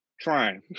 trying